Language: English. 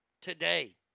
today